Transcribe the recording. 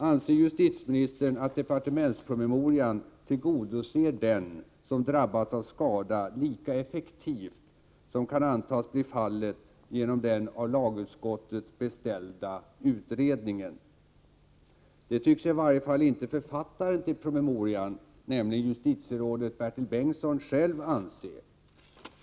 Anser justitieministern att departementspromemorian tillgodoser den som drabbas av skada lika effektivt som kan antas bli fallet genom den av lagutskottet beställda utredningen? Det tycks i varje fall inte författaren till promemorian, justitierådet Bertil Bengtsson, själv anse.